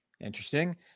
Interesting